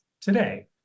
today